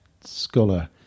scholar